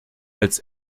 als